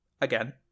again